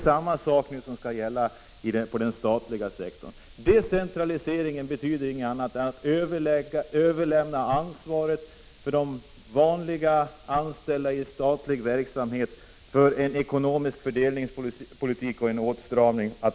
Samma sak skall nu gälla inom den 99 statliga sektorn. Decentraliseringen betyder inget annat än att de vanliga anställda inom statlig verksamhet får ta ansvar för den ekonomiska fördelningspolitiken och åtstramningen.